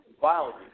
violence